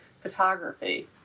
photography